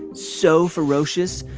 so ferocious,